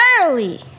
early